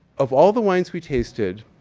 of all the wines we tasted,